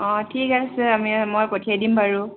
অঁ ঠিক আছে আমি মই পঠিয়াই দিম বাৰু